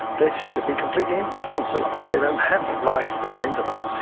they seem to be completely indifferent to life, they don't have life written into them.